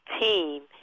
team